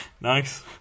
Nice